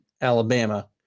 Alabama